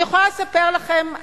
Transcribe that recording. אני יכולה לספר לכם,